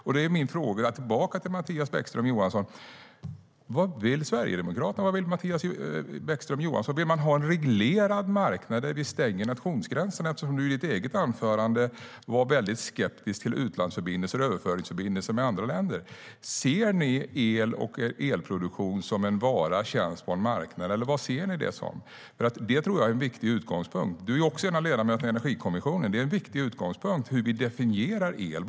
Min fråga till Mattias Bäckström Johansson är: Vad vill Sverigedemokraterna och Mattias Bäckström Johansson? Vill ni ha en reglerad marknad där vi stänger nationsgränserna? Du var nämligen i ditt eget anförande mycket skeptisk till utlandsförbindelser och överföringsförbindelser med andra länder. Ser ni el och elproduktion som en vara och en tjänst på en marknad, eller vad ser ni det som? Det tror jag är en viktig utgångspunkt. Du är också en av ledamöterna i Energikommissionen. Det är en viktig utgångspunkt hur vi definierar el.